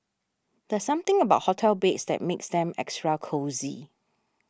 there's something about hotel beds that makes them extra cosy